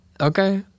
Okay